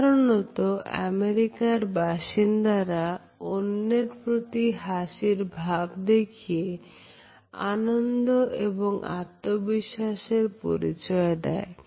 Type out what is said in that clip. সাধারণত আমেরিকার বাসিন্দারা অন্যের প্রতি হাসির ভাব দেখিয়ে আনন্দ এবং আত্মবিশ্বাসের পরিচয় দেয়